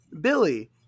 Billy